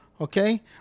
okay